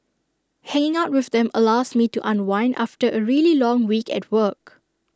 hanging out with them allows me to unwind after A really long week at work